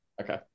Okay